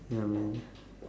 ya man